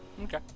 Okay